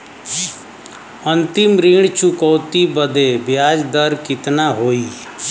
अंतिम ऋण चुकौती बदे ब्याज दर कितना होई?